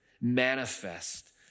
manifest